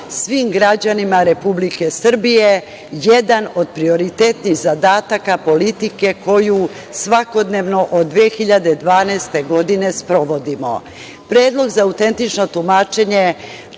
svim građanima Republike Srbije jedan od prioritetnijih zadataka politike koju svakodnevno od 2012. godine sprovodimo. Predlog za autentično tumačenje